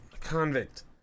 convict